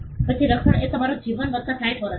પછી રક્ષણ એ તમારું જીવન વત્તા 60 વર્ષ છે